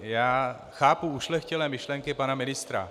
Já chápu ušlechtilé myšlenky pana ministra.